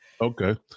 Okay